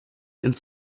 ins